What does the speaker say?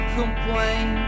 complain